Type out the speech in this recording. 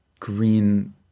green